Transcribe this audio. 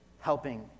Helping